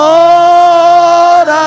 Lord